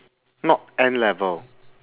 not N-level